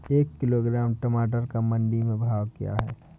एक किलोग्राम टमाटर का मंडी में भाव क्या है?